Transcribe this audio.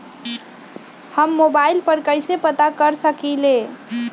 हम मोबाइल पर कईसे पता कर सकींले?